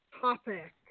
topic